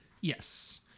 Yes